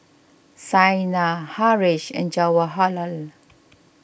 Saina Haresh and Jawaharlal